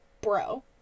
Bro